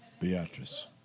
Beatrice